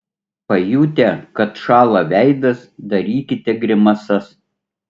pajutę kad šąla veidas darykite grimasas